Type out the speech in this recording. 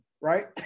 right